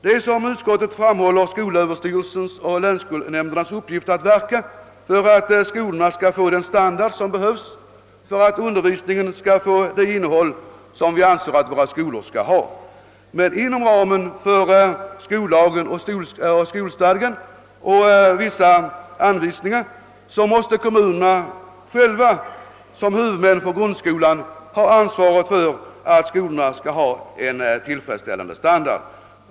Det är, som utskottet framhåller, skolöverstyrelsens och länsskolnämndernas uppgift att verka för att skolorna ges den standard som behövs för att undervisningen skall få det innehåll vi anser att den bör ha. Inom ramen för skollagen, skolstadgan och vissa anvisningar måste emellertid kommunerna själva som huvudmän för grundskolan ha ansvaret för att skolorna får en tillfredsställande standard.